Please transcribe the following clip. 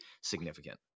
significant